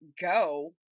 go